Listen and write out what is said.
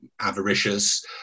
avaricious